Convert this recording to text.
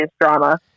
drama